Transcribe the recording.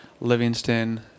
Livingston